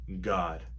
God